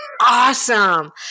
awesome